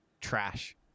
trash